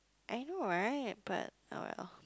I know right but oh well